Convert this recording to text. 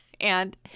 And-